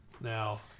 Now